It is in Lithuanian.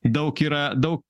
daug yra daug